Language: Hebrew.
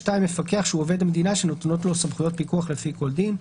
(2) מפקח שהוא עובד המדינה שנתונות לו סמכויות פיקוח לפי כל דין.